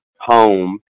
home